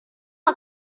போல